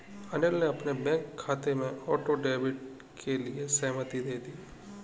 अनिल ने अपने बैंक खाते में ऑटो डेबिट के लिए सहमति दे दी